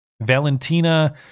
valentina